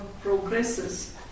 progresses